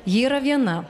ji yra viena